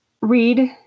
Read